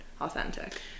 authentic